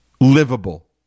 livable